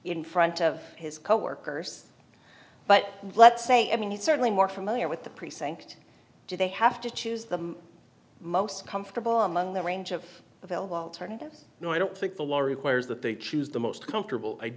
in front of his coworkers but let's say i mean he's certainly more familiar with the precinct do they have to choose the most comfortable among the range of no i don't think the law requires that they choose the most comfortable i